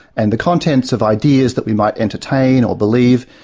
and the contents of ideas that we might entertain, or believe,